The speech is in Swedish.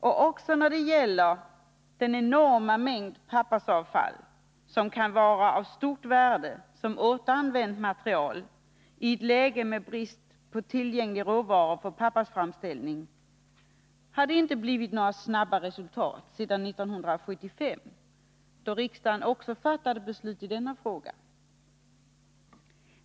Inte heller när det gäller den enorma mängd pappersavfall — som kan vara av stort värde som återanvändningsmaterial i ett läge med brist på tillgänglig råvara för pappersframställning — har det blivit några snabba resultat sedan 1975, då riksdagen fattade beslut i denna fråga.